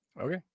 Okay